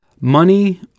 Money